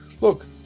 look